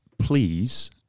Please